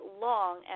long